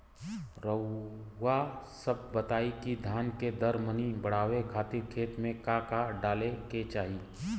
रउआ सभ बताई कि धान के दर मनी बड़ावे खातिर खेत में का का डाले के चाही?